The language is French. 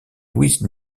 louise